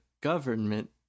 government